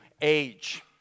age